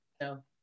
no